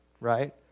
right